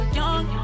young